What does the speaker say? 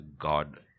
God